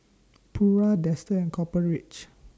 Pura Dester and Copper Ridge